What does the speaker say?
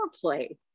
play